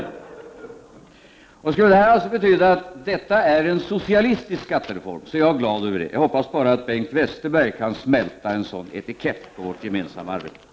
Om det skulle betyda att detta är en socialistisk skattereform är jag glad över det. Jag hoppas bara att Bengt Westerberg kan smälta en sådan etikett på vårt gemensamma arbete.